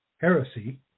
heresy